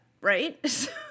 Right